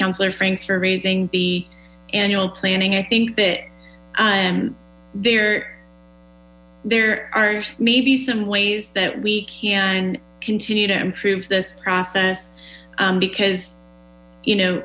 councilor franks for raising the annual planning i think that there there ae maybe some ways that we can continue to improve this process because you know